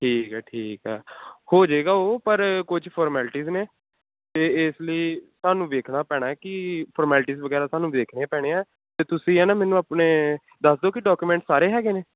ਠੀਕ ਹੈ ਠੀਕ ਆ ਹੋ ਜਾਵੇਗਾ ਉਹ ਪਰ ਕੁਝ ਫੋਰਮੈਲਿਟਿਜ਼ ਨੇ ਅਤੇ ਇਸ ਲਈ ਸਾਨੂੰ ਵੇਖਣਾ ਪੈਣਾ ਕਿ ਫੋਰਮੈਲਿਟਿਜ਼ ਵਗੈਰਾ ਸਾਨੂੰ ਦੇਖਣੀਆਂ ਪੈਣੀਆਂ ਅਤੇ ਤੁਸੀਂ ਹੈ ਨਾ ਮੈਨੂੰ ਆਪਣੇ ਦੱਸ ਦਿਓ ਕਿ ਡੋਕੂਮੈਂਟ ਸਾਰੇ ਹੈਗੇ ਨੇ